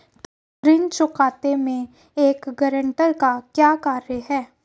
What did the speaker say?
ऋण चुकौती में एक गारंटीकर्ता का क्या कार्य है?